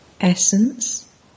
Essence